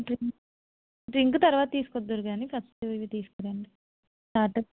drink drink తర్వాత తీసుకొద్దురు కానీ ఫస్ట్ ఇవి తీసుకురండి వాటర్